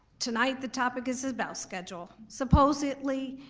tonight the topic is is about schedule. supposedly,